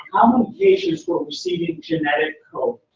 patients were receiving genetic codes.